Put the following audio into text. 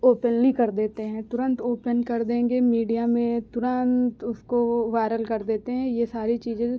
openly कर देते हैं तुरंत ओपन कर देंगे मीडिया में तुरंत उसको वायरल कर देते हैं ये सारी चीज़ें